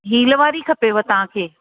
heel वारी खपेव तव्हांखे